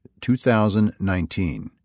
2019